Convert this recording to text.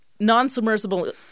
Non-submersible